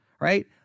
right